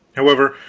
however,